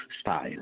style